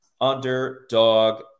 Underdog